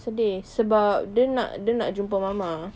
sedih sebab dia nak dia nak jumpa mama